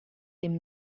dem